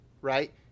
right